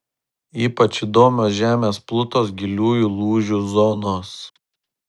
ypač įdomios žemės plutos giliųjų lūžių zonos